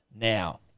Now